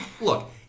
look